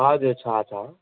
हजुर छ छ